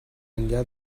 enllà